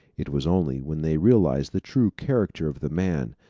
it was only when they realized the true character of the man,